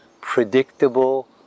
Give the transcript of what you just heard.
predictable